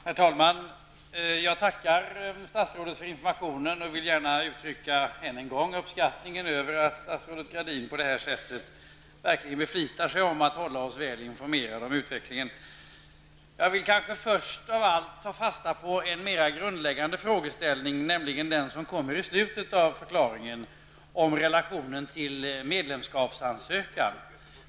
Herr talman! Jag tackar statsrådet för informationen. Jag vill gärna än en gång uttrycka min uppskattning över att statsrådet Gradin på detta sätt verkligen beflitar sig om att hålla oss väl informerade om utvecklingen. Först av allt vill jag ta fasta på en mera grundläggande frågeställning, nämligen den som kommer i slutet av förklaringen om relationen till medlemskapsansökan.